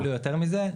יותר מזה,